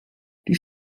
die